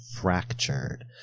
Fractured